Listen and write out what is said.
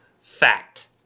fact